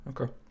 Okay